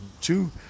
two